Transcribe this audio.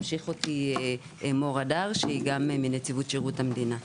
תמשיך אותי מור אדר מנציבות שירות המדינה.